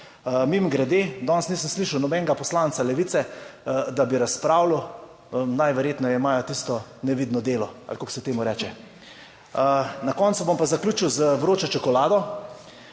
Mimogrede danes nisem slišal nobenega poslanca Levice, da bi razpravljal, najverjetneje imajo tisto nevidno delo ali kako se temu reče. Na koncu bom pa zaključil z vročo čokolado.